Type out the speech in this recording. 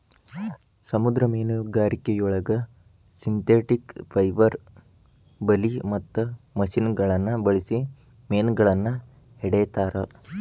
ಸಮುದ್ರ ಮೇನುಗಾರಿಕೆಯೊಳಗ synthetic fibre ಬಲಿ ಮತ್ತ ಮಷಿನಗಳನ್ನ ಬಳ್ಸಿ ಮೇನಗಳನ್ನ ಹಿಡೇತಾರ